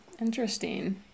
Interesting